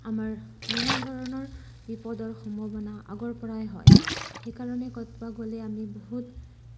আমাৰ নানা ধৰণৰ বিপদৰ সম্ভাৱনা আগৰ পৰাই হয় সেইকাৰণে কতবা গ'লে আমি বহুত